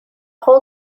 whole